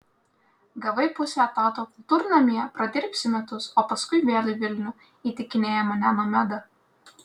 gavai pusę etato kultūrnamyje pradirbsi metus o paskui vėl į vilnių įtikinėja mane nomeda